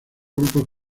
grupos